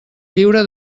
lliure